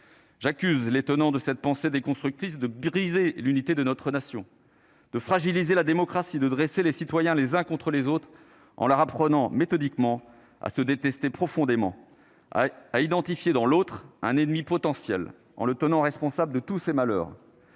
J'accuse les tenants de cette pensée des constructifs de briser l'unité de notre nation de fragiliser la démocratie de dresser les citoyens les uns contre les autres en leur apprenant méthodiquement à se détester profondément a identifié dans l'autre un ennemi potentiel en le tenant responsable de tous ses malheurs,